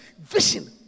Vision